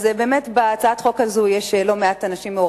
אז בהצעת החוק הזאת מעורבים לא מעט אנשים.